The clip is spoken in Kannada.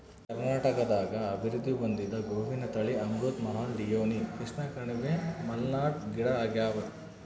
ಕರ್ನಾಟಕದಾಗ ಅಭಿವೃದ್ಧಿ ಹೊಂದಿದ ಗೋವಿನ ತಳಿ ಅಮೃತ್ ಮಹಲ್ ಡಿಯೋನಿ ಕೃಷ್ಣಕಣಿವೆ ಮಲ್ನಾಡ್ ಗಿಡ್ಡಆಗ್ಯಾವ